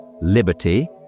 liberty